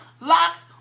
locked